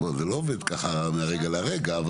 זה לא עובד ככה מהרגע להרגע.